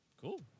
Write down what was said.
cool